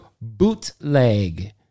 BOOTLEG